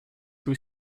two